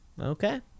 Okay